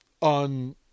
on